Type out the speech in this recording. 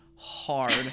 hard